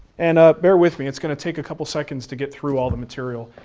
and ah bear with me. it's gonna take a couple seconds to get through all the material.